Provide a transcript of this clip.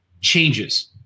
changes